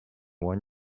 one